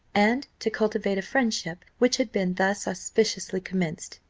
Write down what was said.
and to cultivate a friendship which had been thus auspiciously commenced.